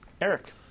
Eric